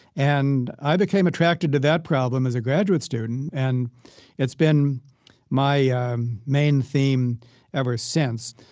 and i became attracted to that problem as a graduate student, and it's been my ah um main theme ever since.